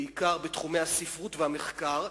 בעיקר בתחומי הספרות והמחקר,